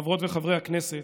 חברות וחברי הכנסת,